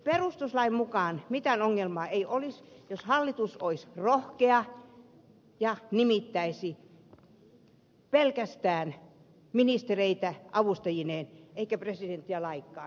perustuslain mukaan mitään ongelmaa ei olisi jos hallitus olisi rohkea ja nimittäisi pelkästään ministereitä avustajineen eikä presidenttiä lainkaan